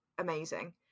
amazing